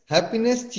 Happiness